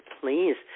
please